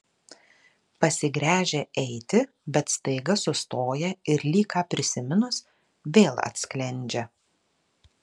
pasigręžia eiti bet staiga sustoja ir lyg ką prisiminus vėl atsklendžia